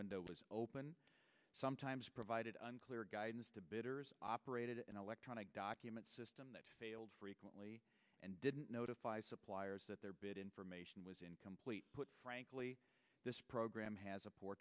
window was open sometimes provided unclear guidance to bidders operated an electronic documents system that failed frequently and didn't notify suppliers that their bid information was incomplete put frankly this program has a poor